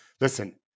listen